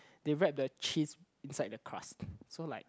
they wrap the cheese inside the crust so like